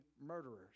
murderers